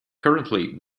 currently